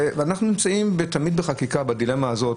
ואנחנו נמצאים בחקיקה תמיד בדילמה הזאת